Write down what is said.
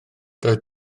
doedd